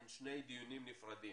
לא.